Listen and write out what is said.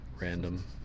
random